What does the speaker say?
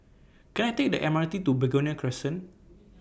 Can I Take The M R T to Begonia Crescent